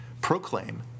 proclaim